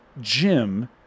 Jim